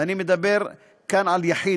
ואני מדבר כאן על יחיד,